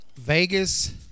Vegas